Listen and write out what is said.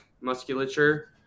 musculature